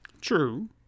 True